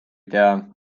tea